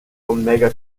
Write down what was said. omega